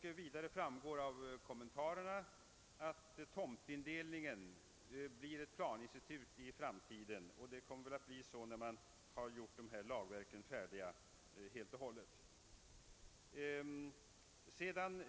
Vidare framgår av kommentarerna att tomtindelningen blir ett planinstitut i framtiden när det ta lagverk är helt och hållet färdigt.